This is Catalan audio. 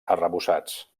arrebossats